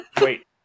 Wait